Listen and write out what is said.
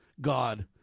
God